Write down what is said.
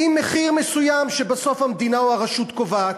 עם מחיר מסוים שבסוף המדינה או הרשות קובעת.